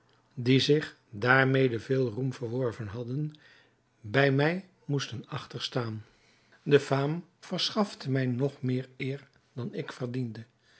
die zich daarmede veel roem verworven hadden bij mij moesten achter staan de faam verschafte mij nog meer eer dan ik verdiende